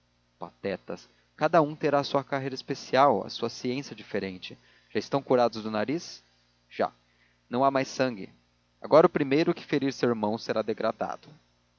patetas cada um terá a sua carreira especial a sua ciência diferente já estão curados do nariz já não há mais sangue agora o primeiro que ferir seu irmão será degradado